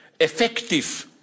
effective